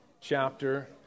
chapter